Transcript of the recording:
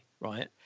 right